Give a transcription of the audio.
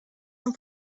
and